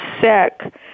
sick